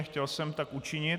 Chtěl jsem tak učinit.